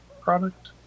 product